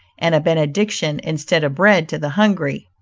and a benediction instead of bread, to the hungry.